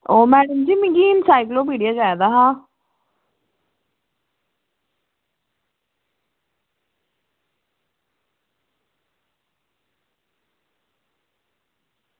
ओह् मैडम जी मिगी इन्साइकलोपीडिया चाहिदा हा